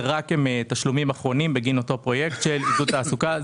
זה רק תשלומים אחרונים בגין אותו פרויקט של עידוד תעסוקה.